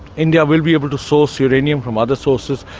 india will be able to source uranium from other sources,